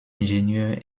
ingénieur